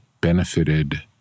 benefited